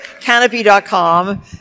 canopy.com